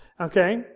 okay